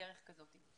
בדרך כזאת.